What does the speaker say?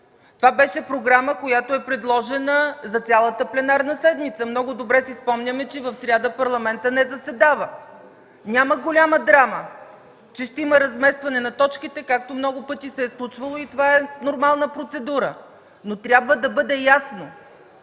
Това беше програма, която е предложена за цялата пленарна седмица. Много добре си спомняме, че в сряда Парламентът не заседава. Няма голяма драма, че ще има разместване на точките, както много пъти се е случвало. Това е нормална процедура. Но трябва да бъде ясно.